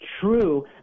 true